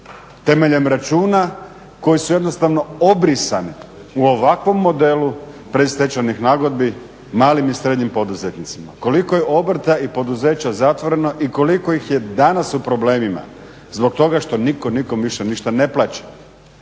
temeljem računa koji su jednostavno obrisani u ovakvom modelu predstečajnih nagodbi malim i srednjim poduzetnicima? Koliko je obrta i poduzeća zatvoreno i koliko ih je danas u problemima zbog toga što niko nikom više ništa ne plaća?